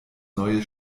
neue